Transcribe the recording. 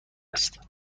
است